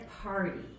party